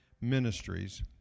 Ministries